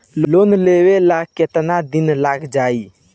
Loan लेबे ला कितना दिन लाग जाई?